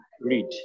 read